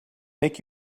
make